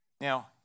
Now